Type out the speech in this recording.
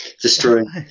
destroying